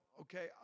okay